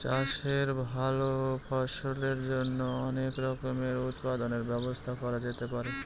চাষের ভালো ফলনের জন্য অনেক রকমের উৎপাদনের ব্যবস্থা করা যেতে পারে